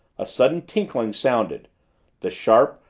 a sudden tinkling sounded the sharp,